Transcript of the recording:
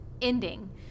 ending